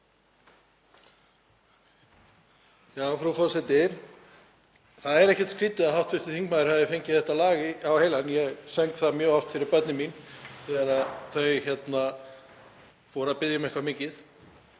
Frú forseti. Það er ekkert skrýtið að hv. þingmaður hafi fengið þetta lag á heilann. Ég söng það mjög oft fyrir börnin mín þegar þau fóru að biðja um eitthvað mikið.